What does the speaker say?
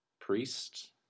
priests